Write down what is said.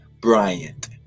Bryant